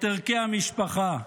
את ערכי המשפחה.